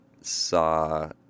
saw